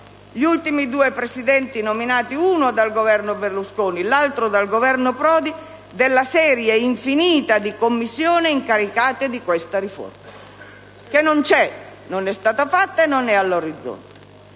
gli ultimi due presidenti nominati, uno dal Governo Berlusconi e l'altro dal Governo Prodi, della serie infinita di Commissioni incaricate di questa riforma, che non c'è, non è stata fatta e non è all'orizzonte.